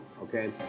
okay